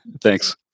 Thanks